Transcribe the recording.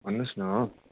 भन्नुहोस् न